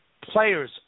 players